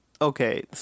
Okay